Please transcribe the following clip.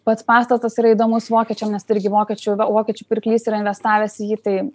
pats pastatas yra įdomus vokiečiam nes tai irgi vokiečių vokiečių pirklys yra investavęs į jį tai